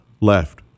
left